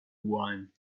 wine